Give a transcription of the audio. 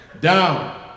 down